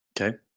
Okay